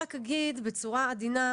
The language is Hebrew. מחדר הדיונים למציאות.